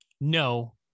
no